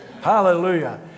Hallelujah